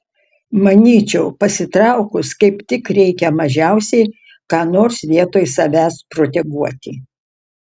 manyčiau pasitraukus kaip tik reikia mažiausiai ką nors vietoj savęs proteguoti